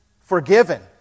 forgiven